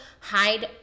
hide